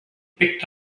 picked